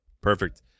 Perfect